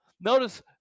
Notice